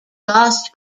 lost